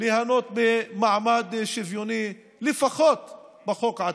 ליהנות ממעמד שוויוני לפחות בחוק עצמו.